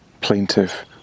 plaintive